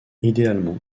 idéalement